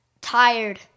tired